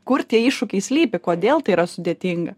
kur tie iššūkiai slypi kodėl tai yra sudėtinga